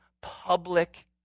public